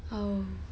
oh